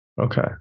Okay